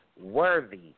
worthy